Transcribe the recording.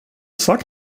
sagt